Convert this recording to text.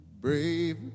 brave